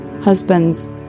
husbands